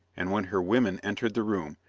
and when her women entered the room,